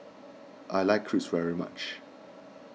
I like Crepe very much